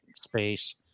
space